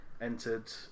entered